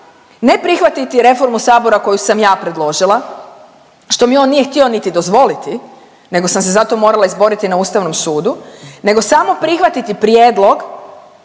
ne prihvatiti reformu Sabora koju sam ja predložila što mi on nije htio niti dozvoliti, nego sam se zato morala izboriti na Ustavnom sudu, nego samo prihvatiti prijedlog